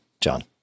john